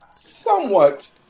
somewhat